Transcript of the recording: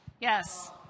Yes